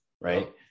right